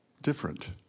different